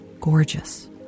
gorgeous